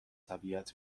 طبیعت